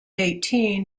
eighteen